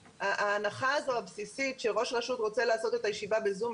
ההנחה הזו הבסיסית שראש רשות רוצה לעשות את הישיבה ב-זום,